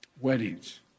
weddings